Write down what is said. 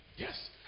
Yes